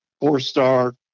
four-star